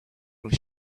will